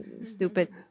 stupid